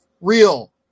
real